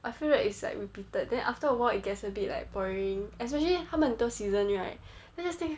I feel like it's like repeated then after a while it gets a bit like boring especially 他们很多 season right then this thing